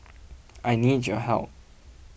I need your help